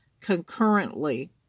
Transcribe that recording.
concurrently